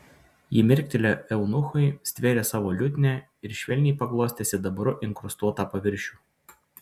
ji mirktelėjo eunuchui stvėrė savo liutnią ir švelniai paglostė sidabru inkrustuotą paviršių